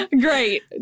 Great